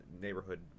neighborhood